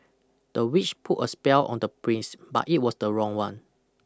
the witch put a spell on the prince but it was the wrong one